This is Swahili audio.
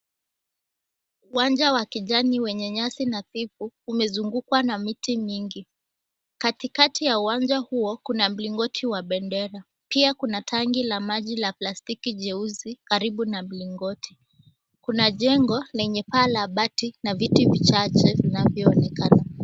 Uwanja wa kijani wenye nyasi nadhifu, umezungukwa na miti mingi. Katikati ya uwanja huo, kuna mlingoti wa bendera, pia kuna kuna tangi la maji la plastiki jeusi karibu na mlingoti. Kuna jengo lenye paa la bati na viti vichache vinavyoonekana.